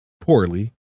poorly